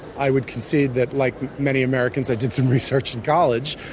i would concede that, like many americans, i did some research in college.